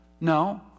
No